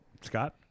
Scott